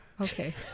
Okay